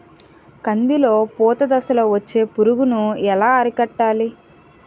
కందిలో పూత దశలో వచ్చే పురుగును ఎలా అరికట్టాలి?